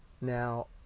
Now